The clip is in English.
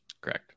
Correct